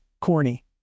corny